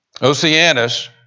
Oceanus